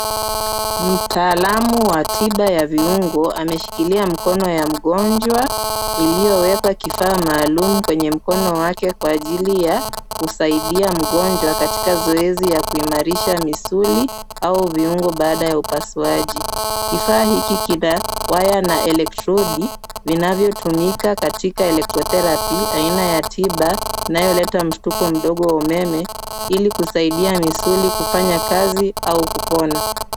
Mtaalamu wa tiba ya viungo ameshikilia mkono ya mgonjwa iliyowekwa kifaa maalum kwenye mkono yake kwa ajili ya kusaidia mgonjwa katika zoezi ya kuimarisha misuli au viungo baada ya upasuaji. Kifaa hiki kina waya na elektrodi vinavyotumika katika electrotherapy , aina ya tiba inayoleta mshtuko mdogo wa umeme ili kusaidia misuli kufanya kazi au kupona.